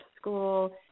school